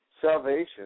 Salvation